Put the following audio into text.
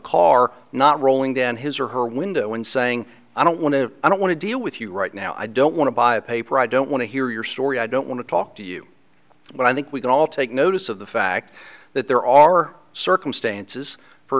car not rolling down his or her window and saying i don't want to i don't want to deal with you right now i don't want to buy a paper i don't want to hear your story i don't want to talk to you but i think we can all take notice of the fact that there are circumstances for